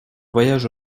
voyage